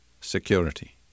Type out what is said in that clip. security